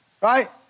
right